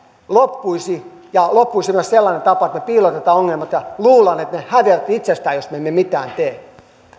loppuisivat ja loppuisi myös sellainen tapa että me piilotamme ongelmat ja luulemme että ne häviävät itsestään jos me emme mitään tee